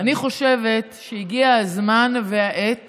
אני חושבת שהגיע הזמן והעת